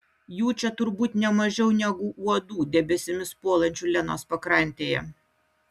jų čia turbūt ne mažiau negu uodų debesimis puolančių lenos pakrantėje